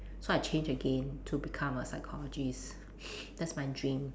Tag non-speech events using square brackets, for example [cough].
so I changed again to become a psychologist [noise] that's my dream